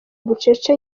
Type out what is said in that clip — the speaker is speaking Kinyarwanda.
bucece